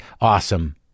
awesome